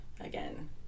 again